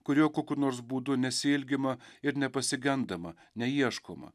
kur jo kokiu nors būdu nesiilgima ir nepasigendama neieškoma